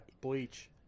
Bleach